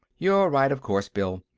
you're right, of course, bill.